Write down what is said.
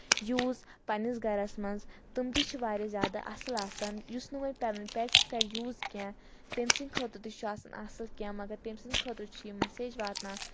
use پنٕنِس گَرَس منٛز تٕم تہِ چھِ واریاہ زیادٕ اَصٕل آسان یُس نہٕ وۄنۍ پنٕنۍ پؠٹٕس کَرِ یوٗز کینٛہہ تٔمۍ سٕنٛدِ خٲطرٕ تہِ چھُ آسان اَصٕل کینٛہہ مگر تٔمۍ سٕنٛدِ خٲطرٕ چھِ یہِ میسیج واتان